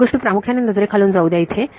एक गोष्ट प्रामुख्याने नजरेखालून जाऊ दे या इथे